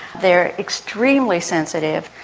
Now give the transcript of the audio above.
they are extremely sensitive,